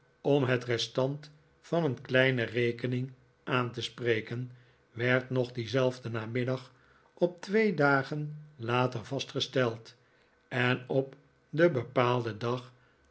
om net restant van een kleine rekening aan te spreken werd nog dienzelfden namiddag op twee dagen later vastgesteld en op den bepaalden dag